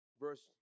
Verse